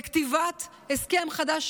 לכתיבת הסכם חדש,